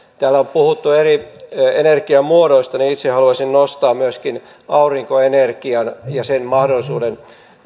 täällä on puhuttu eri energiamuodoista niin itse haluaisin nostaa myöskin aurinkoenergian ja sen mahdollisuuden